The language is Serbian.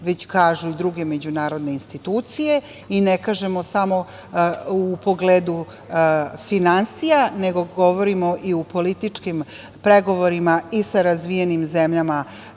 već kažu i druge međunarodne institucije i ne kažemo samo u pogledu finansija, nego govorimo i u političkim pregovorima i sa razvijenim zemljama